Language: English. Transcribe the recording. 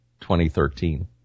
2013